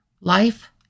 life